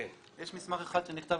יש מסמך אחד שנכתב